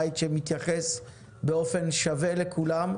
בית שמתייחס באופן שווה לכולם,